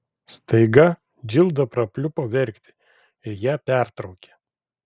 staiga džilda prapliupo verkti ir ją pertraukė